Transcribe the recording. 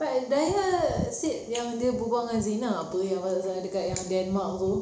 but dayah said yang dia berbual dengan zina yang pasal dekat yang denmark itu